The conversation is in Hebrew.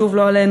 שוב לא עלינו,